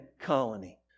colony